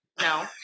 No